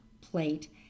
plate